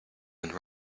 and